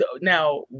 Now